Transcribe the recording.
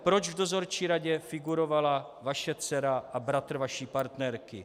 Proč v dozorčí radě figurovala vaše dcera a bratr vaší partnerky?